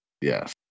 Yes